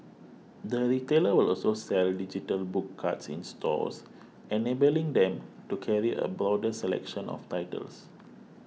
the retailer will also sell digital book cards in stores enabling them to carry a broader selection of titles